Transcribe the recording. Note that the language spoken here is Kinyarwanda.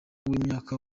w’imyaka